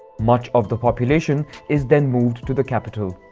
much of the population is then moved to the capital.